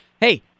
Hey